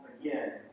again